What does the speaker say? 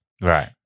Right